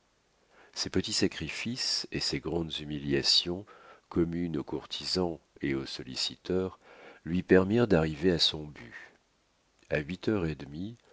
ces petits sacrifices et ces grandes humiliations communes aux courtisans et aux solliciteurs lui permirent d'arriver à son but a huit heures et demie